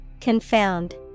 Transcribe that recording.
Confound